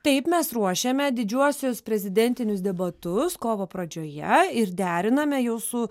taip mes ruošiame didžiuosius prezidentinius debatus kovo pradžioje ir deriname jau su